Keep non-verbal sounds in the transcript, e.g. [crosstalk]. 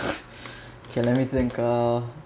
[laughs] okay let me think ah